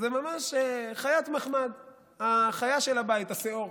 זו ממש חיית מחמד, החיה של הבית, השאור.